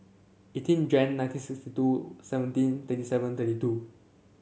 eighteen Jan nineteen sixty two seventeen thirty seven thirty two